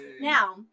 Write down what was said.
Now